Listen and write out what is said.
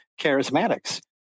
charismatics